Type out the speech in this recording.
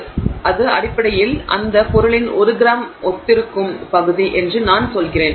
எனவே அது அடிப்படையில் அந்த பொருளின் 1 கிராம் ஒத்திருக்கும் பகுதி என்று நான் சொல்கிறேன்